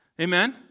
Amen